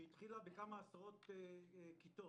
שהתחילה בכמה עשרות כיתות.